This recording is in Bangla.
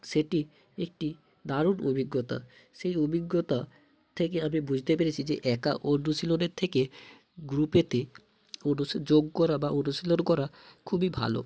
সেটি একটি দারুণ অভিজ্ঞতা সেই অভিজ্ঞতা থেকে আমি বুঝতে পেরেছি যে একা অনুশীলনের থেকে গ্রুপেতে যোগ করা বা অনুশীলন করা খুবই ভালো